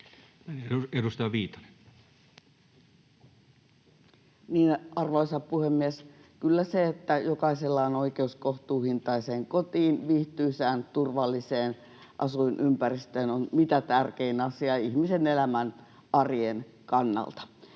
Edustaja Viitanen. Arvoisa puhemies! Kyllä se, että jokaisella on oikeus kohtuuhintaiseen kotiin ja viihtyisään, turvalliseen asuinympäristöön, on mitä tärkein asia ihmisen elämän ja arjen kannalta.